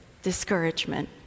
Discouragement